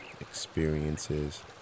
experiences